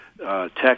Text